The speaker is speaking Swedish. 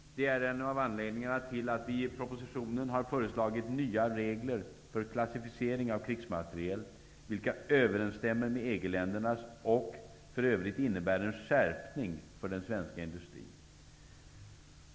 Det är en av anledningarna till att vi i propositionen har föreslagit nya regler för klassificering av krigsmateriel, vilka överensstämmer med EG ländernas och för övrigt innebär en skärpning för den svenska industrin.